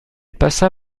passa